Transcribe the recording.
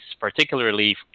particularly